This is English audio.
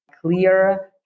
clear